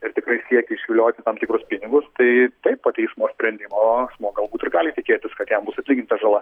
ir tikrai siekė išvilioti tam tikrus pinigus tai taip po teismo sprendimo galbūt ir gali tikėtis kad jam bus atlyginta žala